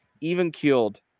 even-keeled